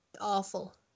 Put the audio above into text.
awful